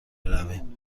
برویم